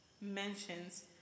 mentions